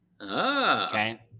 okay